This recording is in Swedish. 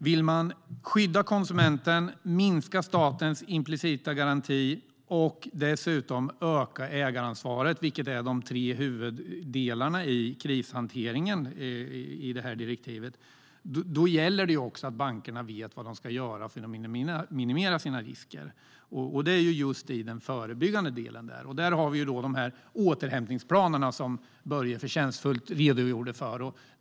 Vill man skydda konsumenten, minska statens implicita garanti och öka ägaransvaret, vilket är de tre huvuddelarna i krishanteringsdirektivet, gäller det att bankerna vet vad de ska göra för att minimera sina risker. Det är den förebyggande delen. Här har vi de återhämtningsplaner som Börje förtjänstfullt redogjorde för.